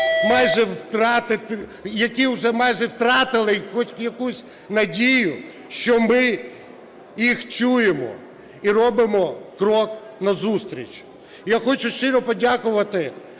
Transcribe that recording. які вже майже втратили хоть якусь надію, що ми їх чуємо і робимо крок назустріч. Я хочу щиро подякувати